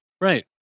Right